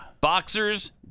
Boxers